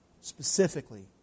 specifically